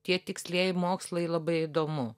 tie tikslieji mokslai labai įdomu